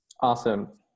Awesome